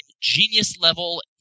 genius-level